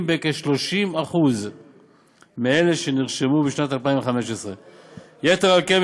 בכ-30% מאלו שנרשמו בשנת 2015. יתר על כן,